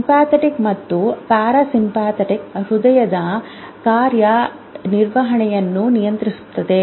sympathetic ಮತ್ತು parasympathetic ಹೃದಯದ ಕಾರ್ಯನಿರ್ವಹಣೆಯನ್ನು ನಿಯಂತ್ರಿಸುತ್ತದೆ